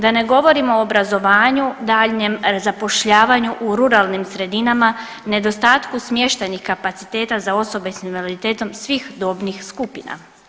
Da ne govorimo o obrazovanju daljnjem, zapošljavanju u ruralnim sredinama, nedostatku smještajnih kapaciteta za osobe s invaliditetom svih dobnih skupina.